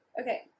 okay